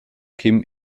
kim